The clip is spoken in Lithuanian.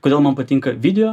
kodėl man patinka video